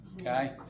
Okay